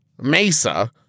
mesa